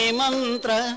mantra